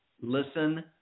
listen